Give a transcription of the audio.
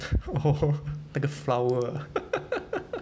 oh 那个 flower ah